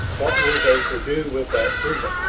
what were they to do with that freedom?